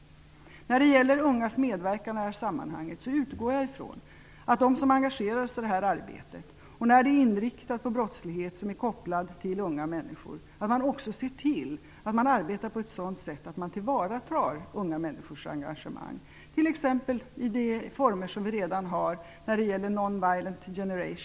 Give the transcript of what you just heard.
Frågan gällde de ungas medverkan i detta sammanhang. Jag utgår från att man, när det handlar om ett arbete som är inriktat på en brottslighet som är kopplad till unga människor, ser till att arbeta på ett sådant sätt att man tillvaratar unga människors engagemang. Det kan ske t.ex. i de former som redan finns. Jag tänker på Non Violence Project.